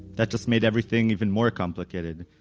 that just made everything even more complicated.